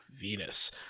venus